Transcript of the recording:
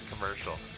commercial